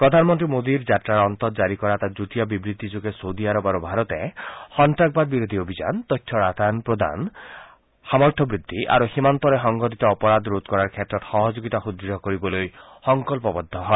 প্ৰধান মন্ত্ৰী মোডীৰ যাত্ৰাৰ অন্তত জাৰি কৰা এটা যুটীয়া বিবৃতি যোগে ছৌদি আৰৱ আৰু ভাৰতে সন্ত্ৰাসবাদ বিৰোধি অভিযান তথ্যৰ আদান প্ৰদান সামৰ্থ বৃদ্ধি আৰু সীমান্তৰে সংঘটিত অপৰাধ ৰোধ কৰাৰ ক্ষেত্ৰত সহযোগিতা সুদুঢ় কৰিবলৈ সংকল্পবদ্ধ হয়